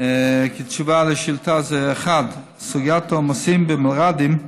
התשובה על השאילתה: 1. סוגיית העומסים במלר"דים,